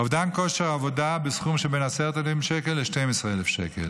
אובדן כושר עבודה בסכום שבין 10,000 שקל ל-12,000 שקל,